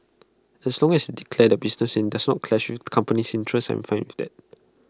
as long as they declare their business and IT does not clash with company interests I'm fine with IT